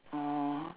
orh